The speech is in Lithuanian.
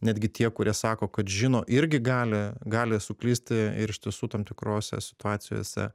netgi tie kurie sako kad žino irgi gali gali suklysti ir iš tiesų tam tikrose situacijose